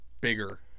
bigger